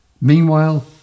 Meanwhile